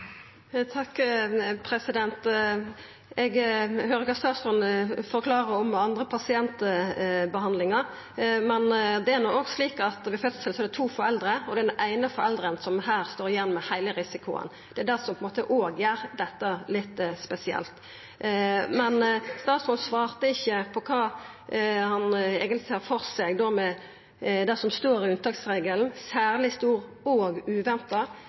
Eg høyrer kva statsråden forklarar om andre pasientbehandlingar, men det er no slik at ved fødsel er det to foreldre, og det er den eine forelderen som her står igjen med heile risikoen. Det er òg det som gjer at dette er litt spesielt. Men statsråden svarte ikkje på kva han eigentleg ser for seg når det gjeld det som står i unntaksregelen – særleg stor og uventa.